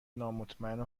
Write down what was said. نامطمئن